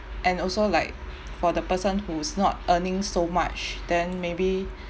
and also like for the person who's not earning so much then maybe